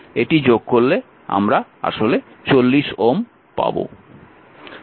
এটি যোগ করলে আসলে 40 Ω পাওয়া যাবে